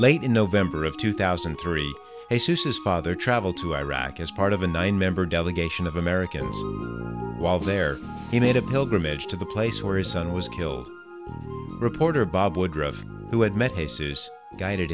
late in november of two thousand and three father traveled to iraq as part of a nine member delegation of americans while they're in a to pilgrimage to the place where his son was killed reporter bob woodruff who had met aces guided